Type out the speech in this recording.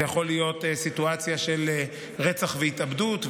זאת יכולה להיות סיטואציה של רצח והתאבדות,